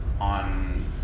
on